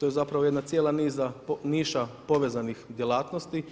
To je zapravo jedna cijela niša povezanih djelatnosti